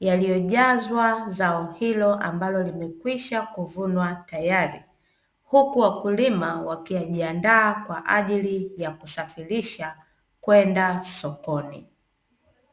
yaliyojazwa zao hilo ambalo limekwisha kuvunwa tayari, huku wakulima wakijiandaa kwa ajili ya kusafirisha kwenda sokoni.